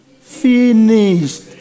finished